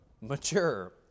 mature